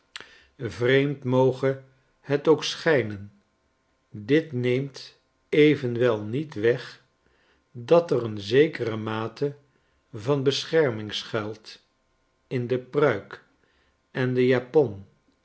vreemd moge het ook schijnen dit neemt evenwel niet weg dat er een zekere mate van bescherming schuilt in de pruik en de japon